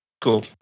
Cool